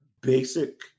basic